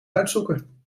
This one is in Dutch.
uitzoeken